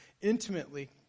intimately